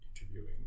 interviewing